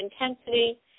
intensity